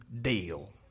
deal